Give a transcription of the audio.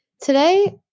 Today